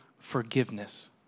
Forgiveness